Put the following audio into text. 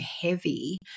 heavy